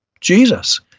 Jesus